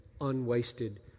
unwasted